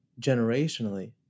generationally